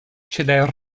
chile